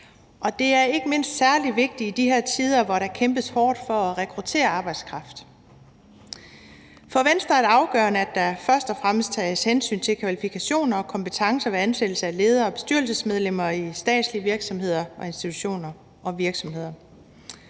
og det er ikke mindst særlig vigtigt i de her tider, hvor der kæmpes hårdt for at rekruttere arbejdskraft. For Venstre er det afgørende, at der først og fremmest tages hensyn til kvalifikationer og kompetencer ved ansættelse af ledere og bestyrelsesmedlemmer i statslige virksomheder, institutioner og virksomheder.